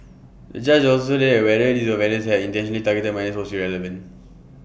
the judge also said that whether these offenders had intentionally targeted minors was irrelevant